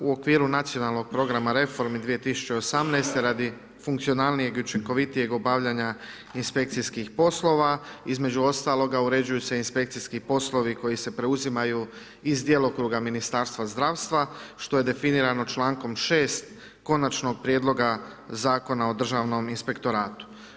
U okviru nacionalnog programa reformi 2018. radi funkcionalnijeg i učinkovitijeg obavljanja inspekcijskih poslova između ostaloga uređuju se inspekcijski poslovi koji se preuzimaju iz djelokruga Ministarstva zdravstva što je definirano člankom 6. Konačnog prijedloga Zakona o Državnom inspektoratu.